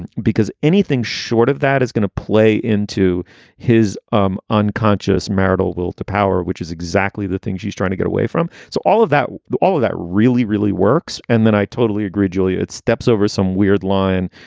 and because anything short of that is going to play into his um unconscious marital will to power, which is exactly the things she's trying to get away from. so all of that all of that really, really works. and then i totally agree, julia, it steps over some weird line.